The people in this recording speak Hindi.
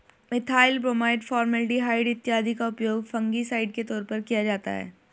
मिथाइल ब्रोमाइड, फॉर्मलडिहाइड इत्यादि का उपयोग फंगिसाइड के तौर पर किया जाता है